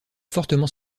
fortement